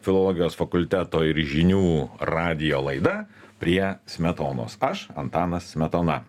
filologijos fakulteto ir žinių radijo laida prie smetonos aš antanas smetona